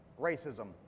racism